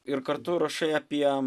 ir kartu rašai apie